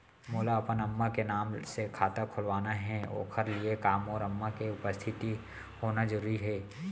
मोला अपन अम्मा के नाम से खाता खोलवाना हे ओखर लिए का मोर अम्मा के उपस्थित होना जरूरी हे?